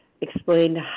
explained